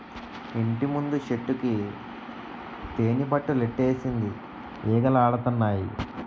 ఇంటిముందు చెట్టుకి తేనిపట్టులెట్టేసింది ఈగలాడతన్నాయి